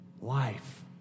life